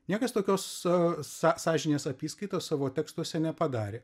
niekas tokios a są sąžinės apyskaitos savo tekstuose nepadarė